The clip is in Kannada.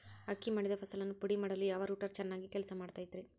ಅಕ್ಕಿ ಮಾಡಿದ ಫಸಲನ್ನು ಪುಡಿಮಾಡಲು ಯಾವ ರೂಟರ್ ಚೆನ್ನಾಗಿ ಕೆಲಸ ಮಾಡತೈತ್ರಿ?